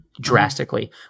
drastically